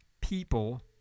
people